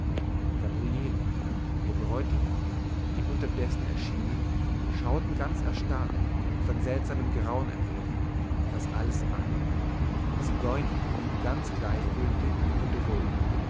gabriele ihr bräutigam die unterdessen erschienen schauten ganz erstarrt und von seltsamen grauen ergriffen das alles an die zigeuner blieben ganz gleichgültig und ruhig